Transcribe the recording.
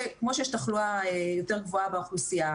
יש לנו פה תערוכה חדשה,